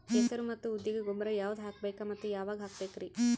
ಹೆಸರು ಮತ್ತು ಉದ್ದಿಗ ಗೊಬ್ಬರ ಯಾವದ ಹಾಕಬೇಕ ಮತ್ತ ಯಾವಾಗ ಹಾಕಬೇಕರಿ?